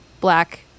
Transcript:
black